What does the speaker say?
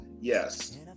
yes